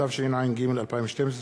התשע"ג 2012,